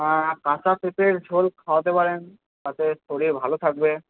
হ্যাঁ কাঁচা পেঁপের ঝোল খাওয়াতে পারেন তাতে শরীর ভালো থাকবে